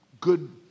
good